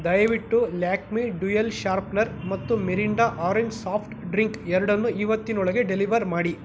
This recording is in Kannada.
ದಯವಿಟ್ಟು ಲ್ಯಾಕ್ಮೆ ಡ್ಯುಯಲ್ ಶಾರ್ಪ್ನರ್ ಮತ್ತು ಮಿರಿಂಡ ಆರೆಂಜ್ ಸಾಫ್ಟ್ ಡ್ರಿಂಕ್ ಎರಡನ್ನು ಇವತ್ತಿನೊಳಗೆ ಡೆಲಿವರ್ ಮಾಡಿ